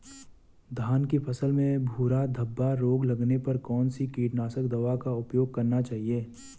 धान की फसल में भूरा धब्बा रोग लगने पर कौन सी कीटनाशक दवा का उपयोग करना चाहिए?